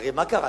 הרי מה קרה?